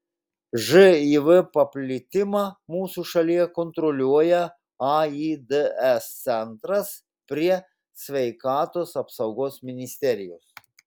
živ paplitimą mūsų šalyje kontroliuoja aids centras prie sveikatos apsaugos ministerijos